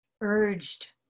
urged